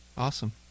Awesome